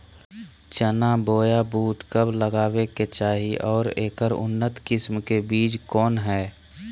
चना बोया बुट कब लगावे के चाही और ऐकर उन्नत किस्म के बिज कौन है?